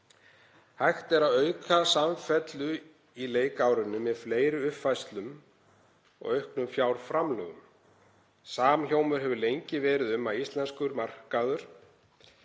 Hægt er að auka samfellu í leikárinu með fleiri uppfærslum og auknum fjárframlögum. Samhljómur hefur lengi verið um að íslenskur markaður